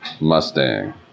Mustang